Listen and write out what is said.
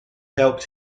helped